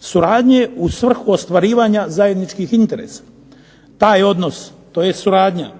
suradnje u svrhu ostvarivanja zajedničkih interesa. Taj odnos tj. suradnja